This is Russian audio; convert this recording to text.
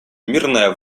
мирная